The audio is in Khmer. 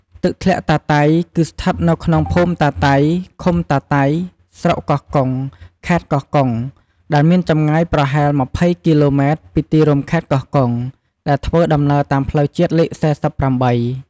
ទឹកធ្លាក់តាតៃ គឺស្ថិតនៅក្នុងភូមិតាតៃ ឃុំតាតៃ ស្រុកកោះកុង ខេត្តកោះកុង ដែលមានចម្ងាយប្រហែល២០គីឡូម៉ែត្រពីទីរួមខេត្តកោះកុង ដែលធ្វើដំណើរតាមផ្លូវជាតិលេខ៤៨។